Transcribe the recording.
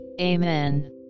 Amen